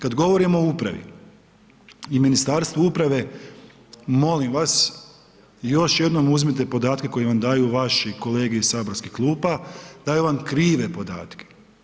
Kad govorimo o upravi i Ministarstvu uprave, molim vas, još jednom uzmite podatke koji vam daju vaši kolege iz saborskih klupa, daju vam krive podatke.